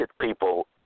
people